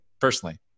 personally